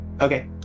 Okay